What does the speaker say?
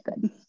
good